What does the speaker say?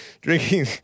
Drinking